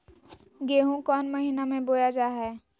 गेहूँ कौन महीना में बोया जा हाय?